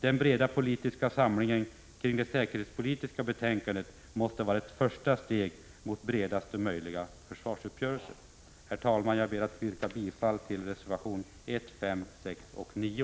Den breda politiska samlingen kring det säkerhetspolitiska betänkandet måste vara ett första steg mot bredaste möjliga försvarsuppgörelse. Herr talman! Jag ber att få yrka bifall till reservationerna 1, 5, 6 och 9.